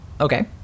okay